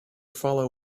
follow